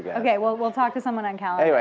yeah ok. well, we'll talk to someone on calendar,